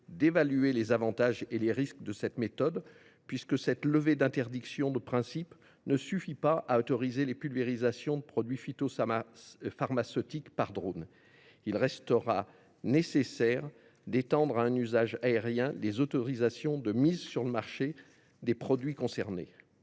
d’évaluer les avantages et les risques de cette méthode. En effet, cette levée de l’interdiction de principe ne suffit pas à autoriser les pulvérisations de produits phytopharmaceutiques par drone : il restera nécessaire d’étendre à un usage aérien les autorisations de mise sur le marché des produits concernés.